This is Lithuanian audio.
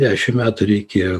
dešim metų reikėjo